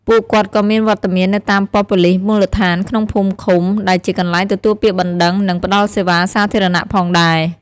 ពួកគាត់ក៏មានវត្តមាននៅតាមប៉ុស្តិ៍ប៉ូលិសមូលដ្ឋានក្នុងភូមិឃុំ ដែលជាកន្លែងទទួលពាក្យបណ្ដឹង និងផ្តល់សេវាសាធារណៈផងដែរ។